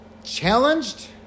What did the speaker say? Challenged